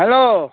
hello